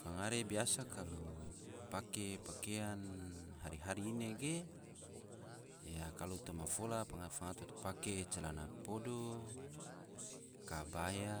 Fangare biasa kalo pake pakeang hari-hari ine ge, kalo toma fola fangare pake calana podo, kabaya,